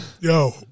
Yo